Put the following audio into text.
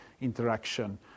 interaction